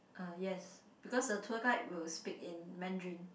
uh yes because the tour guide will speak in Mandarin